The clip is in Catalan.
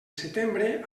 setembre